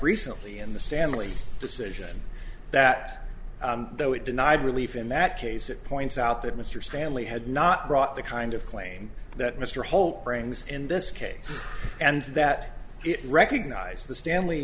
recently in the stanley decision that though it denied relief in that case it points out that mr stanley had not brought the kind of claim that mr holt brings in this case and that it recognized the stanley